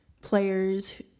players